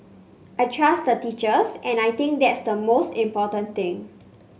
I trust the teachers and I think that's the most important thing